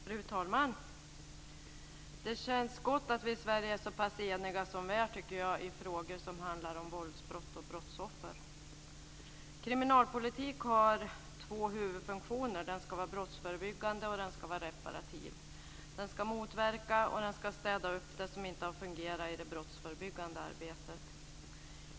Fru talman! Det känns gott att vi i Sverige är så eniga i frågor som handlar om våldsbrott och brottsoffer. Kriminalpolitik har två huvudfunktioner. Den ska vara brottsförebyggande, och den ska vara reparativ. Den ska motverka, och den ska städa upp det som inte har fungerat i det brottsförebyggande arbetet.